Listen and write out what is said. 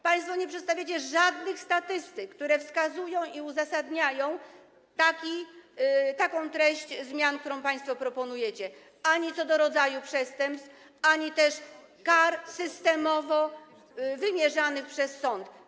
Państwo nie przedstawiacie żadnych statystyk, które uzasadniają taką treść zmian, którą państwo proponujecie, ani co do rodzaju przestępstw, ani też co do kar systemowo wymierzanych przez sąd.